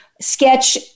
sketch